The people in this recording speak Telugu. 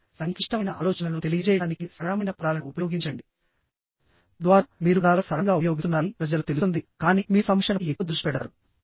కానీ సంక్లిష్టమైన ఆలోచనలను తెలియజేయడానికి సరళమైన పదాలను ఉపయోగించండి తద్వారా మీరు పదాలను సరళంగా ఉపయోగిస్తున్నారని ప్రజలకు తెలుస్తుంది కానీ మీరు సంభాషణపై ఎక్కువ దృష్టి పెడతారు